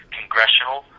congressional